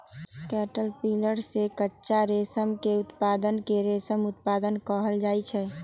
caterpillar से कच्चा रेशम के उत्पादन के रेशम उत्पादन कहल जाई छई